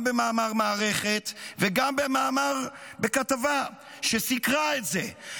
גם במאמר מערכת וגם בכתבה שסיקרה את זה.